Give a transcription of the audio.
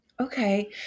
Okay